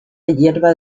hierba